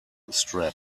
strap